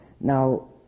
Now